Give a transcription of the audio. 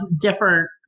different